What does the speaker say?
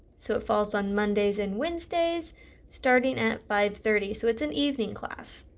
so it falls on mondays and wednesdays starting at five thirty, so it's an evening class.